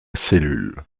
cellule